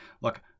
Look